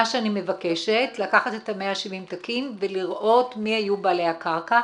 מה שאני מבקשת לקחת את ה-170 תיקים ולראות מי היו בעלי הקרקע.